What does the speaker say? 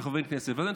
של חברי כנסת.